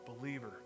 believer